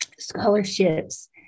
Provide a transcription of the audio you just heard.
Scholarships